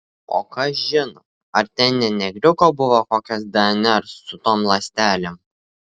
o kas žino ar ten ne negriuko buvo kokios dnr su tom ląstelėm